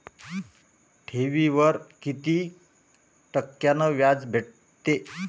ठेवीवर कितीक टक्क्यान व्याज भेटते?